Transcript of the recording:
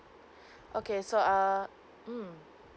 okay so uh mm